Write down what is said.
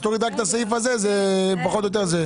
אז תוריד רק את הסעיף הזה, זה פחות או יותר זה.